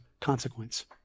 consequence